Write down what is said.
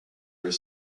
are